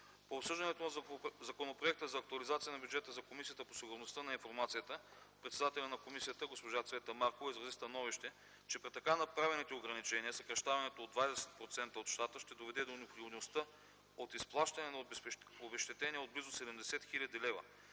При обсъждането на Законопроекта за актуализация на бюджета на Комисията по сигурността на информацията председателят на комисията госпожа Цвета Маркова изрази становище, че при така направените ограничения съкращаването от 20% от щата ще доведе до необходимостта от изплащане на обезщетения от близо 70 хил.